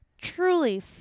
truly